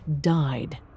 died